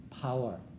power